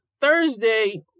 thursday